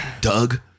Doug